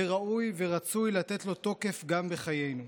וראוי ורצוי לתת לו תוקף גם בחיינו.